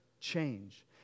change